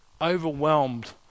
overwhelmed